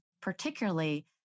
particularly